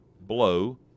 blow